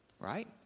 right